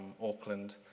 Auckland